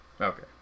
Okay